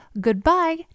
goodbye